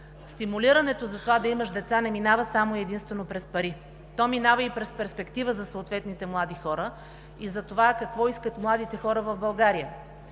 стимулирането да имаш деца не минава само и единствено през пари. То минава и през перспектива за съответните млади хора, и за това какво искат младите хора в България.